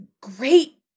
great